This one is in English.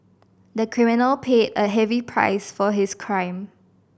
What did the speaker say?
the criminal paid a heavy price for his crime